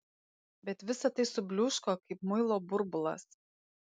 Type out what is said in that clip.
bet visa tai subliūško kaip muilo burbulas